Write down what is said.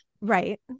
Right